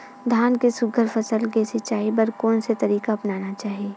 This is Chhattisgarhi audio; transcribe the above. धान के सुघ्घर फसल के सिचाई बर कोन से तरीका अपनाना चाहि?